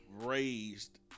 Raised